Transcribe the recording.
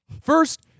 First